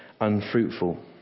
unfruitful